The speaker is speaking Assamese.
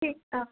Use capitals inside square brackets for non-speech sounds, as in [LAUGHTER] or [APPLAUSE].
[UNINTELLIGIBLE]